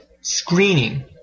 screening